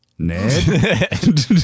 Ned